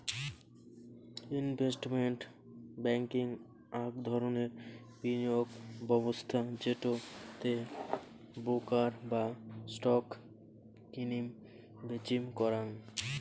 investment banking আক ধরণের বিনিয়োগ ব্যবস্থা যেটো তে ব্রোকার রা স্টক কিনিম বেচিম করাং